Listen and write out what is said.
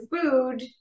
food